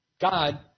God